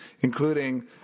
including